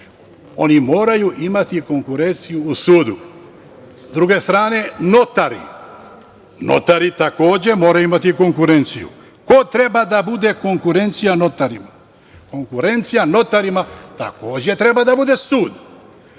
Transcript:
oni moraju imati konkurenciju u sudu.S druge strane, notari. Notari takođe, moraju imati konkurenciju. Ko treba da bude konkurencija notarima? Konkurencija notarima takođe treba da bude sud,